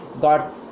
got